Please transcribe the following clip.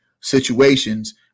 situations